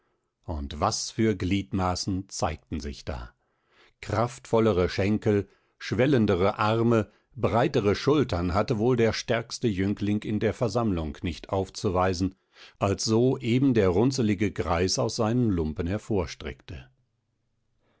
und was für gliedmaßen zeigten sich da kraftvollere schenkel schwellendere arme breitere schultern hatte wohl der stärkste jüngling in der versammlung nicht aufzuweisen als so eben der runzelige greis aus seinen lumpen